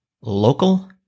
local